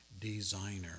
designer